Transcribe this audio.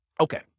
okay